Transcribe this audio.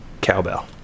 cowbell